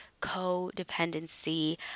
codependency